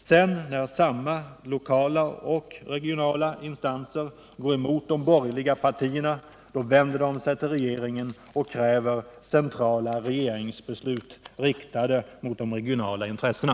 Sedan när samma lokala och regionala instanser går emot de borgerliga partierna, vänder man sig till regeringen och kräver centrala regeringsbeslut, riktade emot de regionala intressena.